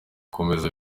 komeza